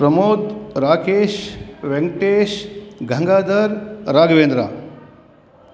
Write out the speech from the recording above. Pramod Rakesh Venkatesh Gangadhar Raghavendra